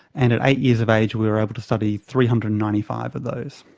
and at eight years of age we were able to study three hundred and ninety five of those.